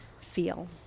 feel